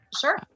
Sure